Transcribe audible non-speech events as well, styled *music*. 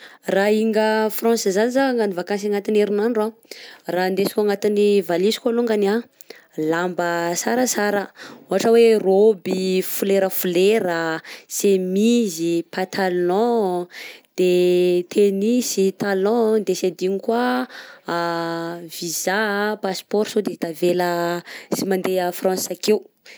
Raha hinga France zany zah agnano vakansy agnatin'ny erinandro raha hindesiko agnatign'ny valiziko alongany a, lamba sarasara, ohatra oe robe flolerafolera, chemise, patalon, de tennis, talon, de sy adino koa *hesitation* visa, pasipaoro sode tavela sy mande a France takeo.